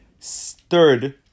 third